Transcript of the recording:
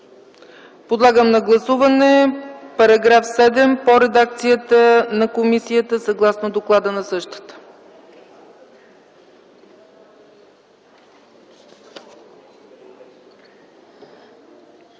Подлагам на гласуване § 7 по редакция на комисията, съгласно доклада на същата.